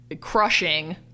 crushing